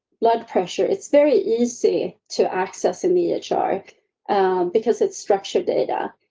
blood pressure, it's very easy to access a media chart because it's structured data.